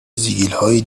زگیلهایی